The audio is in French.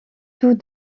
tous